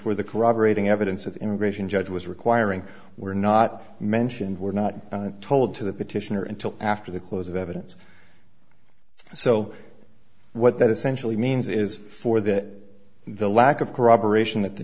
were the corroborating evidence of the immigration judge was requiring were not mentioned were not told to the petitioner until after the close of evidence so what that essentially means is for that the lack of corroboration that the